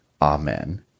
Amen